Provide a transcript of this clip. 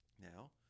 Now